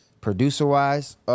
Producer-wise